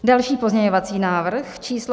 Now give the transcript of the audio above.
Další pozměňovací návrh číslo 7262.